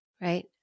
right